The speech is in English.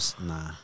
Nah